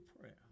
prayer